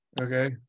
Okay